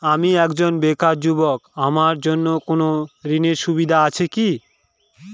আমি একজন বেকার যুবক আমার জন্য কোন ঋণের সুবিধা আছে কি?